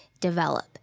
develop